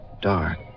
dark